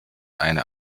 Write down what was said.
eine